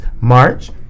March